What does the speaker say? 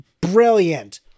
Brilliant